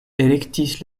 elektis